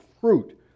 fruit